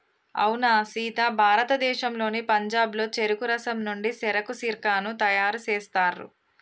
అవునా సీత భారతదేశంలోని పంజాబ్లో చెరుకు రసం నుండి సెరకు సిర్కాను తయారు సేస్తారు